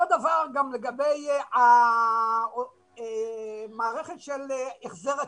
אותו דבר גם לגבי מערכת של החזר הצ'קים.